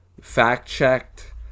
fact-checked